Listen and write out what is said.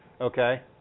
Okay